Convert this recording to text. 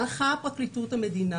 הלכה פרקליטות המדינה